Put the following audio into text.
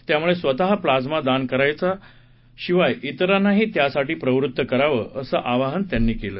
त्यामुळे स्वतः प्लाझ्मा दान करावंच शिवाय इतरांनाही त्यासाठी प्रवृत्त करावं असं आवाहन त्यांनी केलं